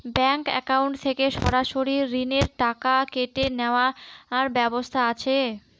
Bank account থেকে সরাসরি ঋণের টাকা কেটে নেওয়ার ব্যবস্থা আছে?